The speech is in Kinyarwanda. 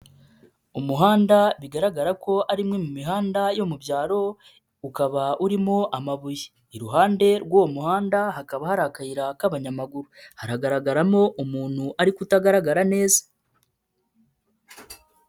Umuhanda bigaragara ko ari imwe mu mihanda yo mu byaro ukaba urimo amabuye, iruhande rw'uwo muhanda hakaba hari akayira k'abanyamaguru, haragaragaramo umuntu ariko utagaragara neza.